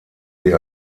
sie